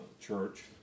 church